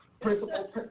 principal